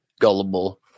gullible